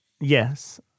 yes